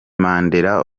mandela